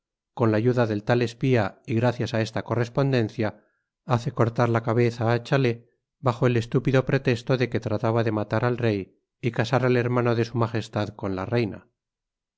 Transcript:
con la ayuda del tal espía y gracias á esta correspondencia hace cortar la cabeza á chalais bajo el estúpido pretesto de que trataba de matar al rey y oasar al hermano de su majestad con la reina